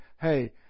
Hey